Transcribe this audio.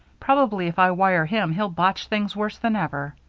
probably if i wire him he'll botch things worse than ever.